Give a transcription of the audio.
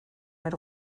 mit